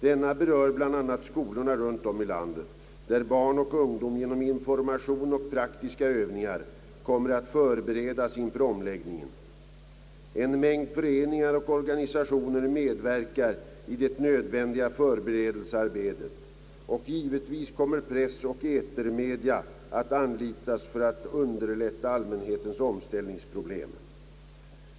Denna berör bl.a. skolorna runt om i landet, där barn och ungdom genom information och praktiska övningar kommer att förberedas inför omläggningen. En mängd föreningar och organisationer medverkar i det nödvändiga förberedelsearbetet, och givetvis kommer press och etermedia att anlitas för att underlätta allmänhetens omställningsproblem.